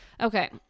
Okay